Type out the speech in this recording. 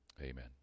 Amen